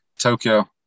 Tokyo